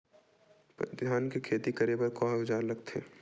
धान के खेती करे बर का औजार लगथे?